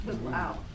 wow